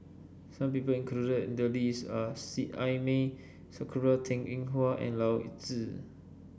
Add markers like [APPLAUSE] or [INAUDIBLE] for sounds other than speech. some people included in the list are Seet Ai Mee Sakura Teng Ying Hua and [UNINTELLIGIBLE] Zi